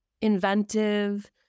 inventive